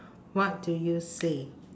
what do you say